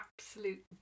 absolute